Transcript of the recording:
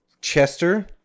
Chester